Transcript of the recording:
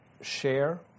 share